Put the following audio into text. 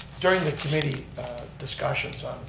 during the committee discussions,